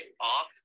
off